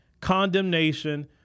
Condemnation